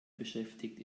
beschäftigt